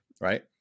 right